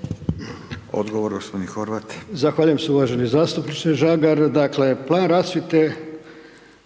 **Horvat, Mile (SDSS)** Zahvaljujem se uvaženi zastupniče Žagar. Dakle, plan rasvjete